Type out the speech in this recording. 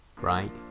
right